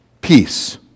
peace